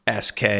SK